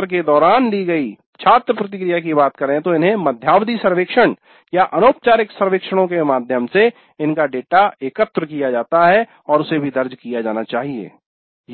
सत्र के दौरान ली गयी छात्र प्रतिक्रिया की बात करे तो इन्हें मध्यावधि सर्वेक्षण या अनौपचारिक सर्वेक्षणों के माध्यम से इनका डेटा एकत्र किया जाता है और उसे भी दर्ज किया जाना चाहिए